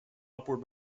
upward